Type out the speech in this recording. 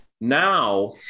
now